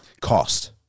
cost